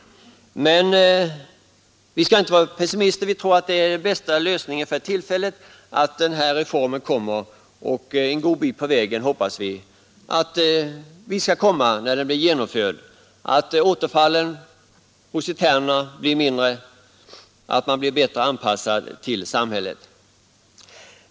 Men vi skall inte vara pessimister. Vi tror att den här reformen är den bästa lösningen för tillfället och hoppas att vi skall komma en god bit på vägen när den blir genomförd — att återfallen hos internerna blir färre, att de blir bättre anpassade till samhället.